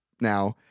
now